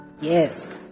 Yes